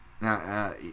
Now